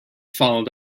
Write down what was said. followed